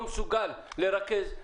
לא מסוגל לרכז.